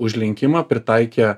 užlinkimą pritaikė